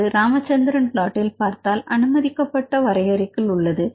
என்று ராமச்சந்திரன் பிளாட்டில் பார்த்தால் அனுமதிக்கப்பட்ட வரையறைக்குள் இருக்கிறது